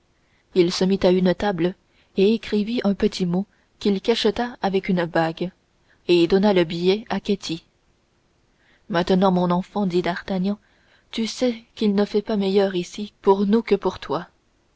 il se mit à une table et écrivit un petit mot qu'il cacheta avec une bague et donna le billet à ketty maintenant mon enfant dit d'artagnan tu sais qu'il ne fait pas meilleur ici pour nous que pour toi